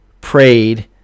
prayed